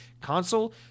console